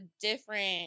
different